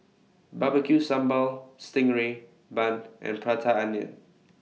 Barbecue Sambal Sting Ray Bun and Prata Onion